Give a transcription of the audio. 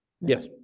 Yes